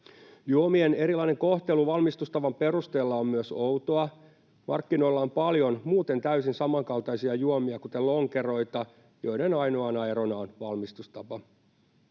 Juomien erilainen kohtelu valmistustavan perusteella on myös outoa. Markkinoilla on paljon muuten täysin samankaltaisia juomia, kuten lonkeroita, joiden ainoana erona on valmistustapa.